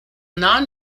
non